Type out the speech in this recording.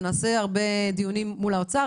ונעשה הרבה דיונים מול האוצר,